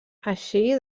així